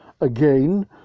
again